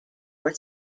were